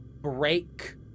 break